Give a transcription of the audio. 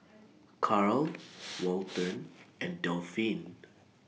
Karl Walton and Delphine